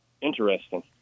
Interesting